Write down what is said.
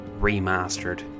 Remastered